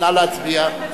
נא להצביע.